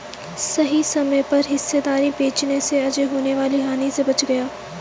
सही समय पर हिस्सेदारी बेचने से अजय होने वाली हानि से बच गया